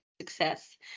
success